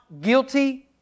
guilty